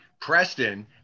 Preston